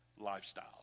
lifestyle